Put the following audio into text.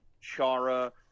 Chara